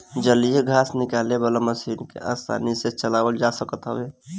जलीय घास निकाले वाला मशीन के आसानी से चलावल जा सकत हवे